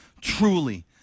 Truly